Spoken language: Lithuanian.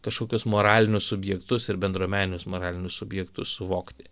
kažkokius moralinius subjektus ir bendruomeninius moralinius subjektus suvokti